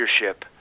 leadership